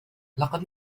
لقد